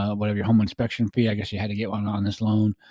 whatever your home inspection fee i guess you had to get one on this loan.